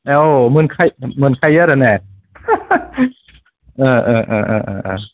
औ मोनखा मोनखायो आरो ने